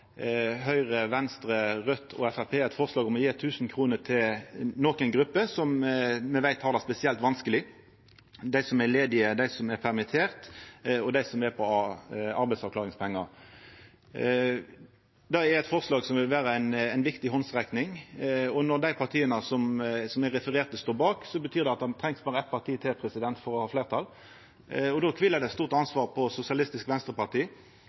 Høgre, Venstre, Raudt og Framstegspartiet eit forslag om å gje 1 000 kr til nokre grupper som me veit har det spesielt vanskeleg, dei som er ledige, dei som er permitterte, og dei som er på arbeidsavklaringspengar. Det er eit forslag som vil vera ei viktig handsrekking, og når dei partia som eg refererte, står bak, betyr det at ein treng berre eitt parti til for å ha fleirtal. Då kviler det eit stort ansvar på